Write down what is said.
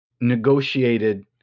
negotiated